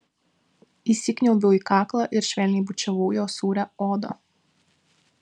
įsikniaubiau į kaklą ir švelniai bučiavau jo sūrią odą